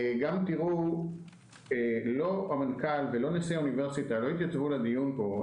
לא המנכ"ל ולא נשיא האוניברסיטה התייצבו לדיון פה.